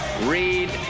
Read